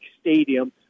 Stadium